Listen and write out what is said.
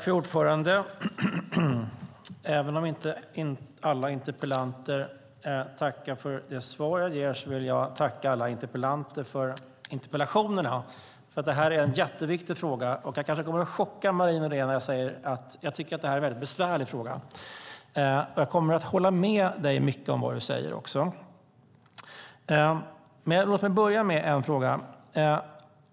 Fru talman! Även om inte alla interpellanter tackar för det svar som jag ger vill jag tacka alla interpellanter för interpellationerna, för detta är en jätteviktig fråga. Jag kanske kommer att chocka Marie Nordén när jag säger att jag tycker att frågan är mycket besvärlig. Och jag kommer att hålla med dig i mycket av vad du säger. Men låt mig börja med en annan fråga.